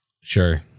Sure